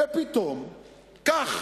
ופתאום, כך,